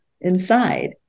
inside